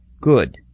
Good